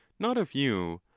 not of you,